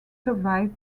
survived